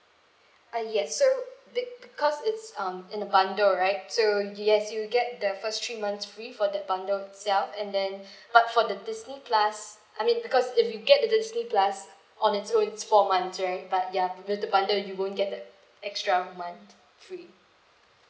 ah yes so bec~ because it's um in a bundle right so yes you get the first three months free for that bundle itself and then but for the disney plus I mean because if you get the disney plus on its own it's four months right but ya wi~ with the bundle you won't get that extra month free